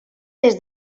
des